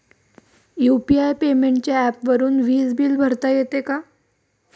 UPI पेमेंटच्या ऍपवरुन वीज बिल भरता येते का?